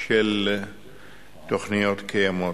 של תוכניות קיימות.